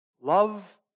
Love